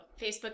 Facebook